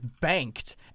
banked